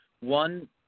one